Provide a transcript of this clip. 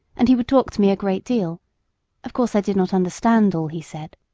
and he would talk to me a great deal of course i did not understand all he said,